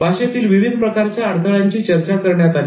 भाषेतील विविध प्रकारच्या अडथळ्यांची चर्चा करण्यात आली